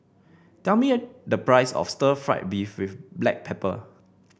tell me the price of Stir Fried Beef with Black Pepper